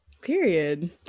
Period